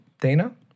Dana